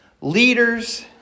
leaders